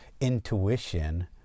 intuition